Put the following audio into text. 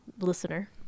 Listener